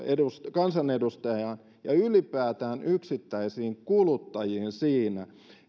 kansanedustajaan ja ylipäätään yksittäisiin kuluttajiin siinä